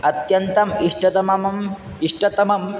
अत्यन्तम् इष्टतमम् इष्टतमम्